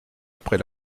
après